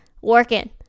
working